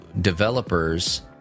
developers